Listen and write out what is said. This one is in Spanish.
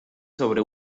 sobre